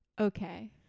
Okay